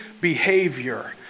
behavior